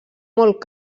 molt